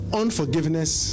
unforgiveness